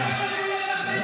חס וחלילה על אפכם ועל חמתכם.